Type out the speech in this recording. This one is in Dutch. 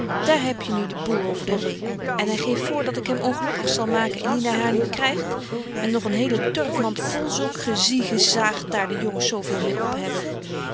sluiten daar hebje nu de boêl over de reê en hy geeft voor dat ik hem ongelukkig zal maken indien hy haar niet krygt met nog een hele turfmand vol zulk geziegezaag daar de jongens zo veel meê ophebben